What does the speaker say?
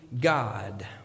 God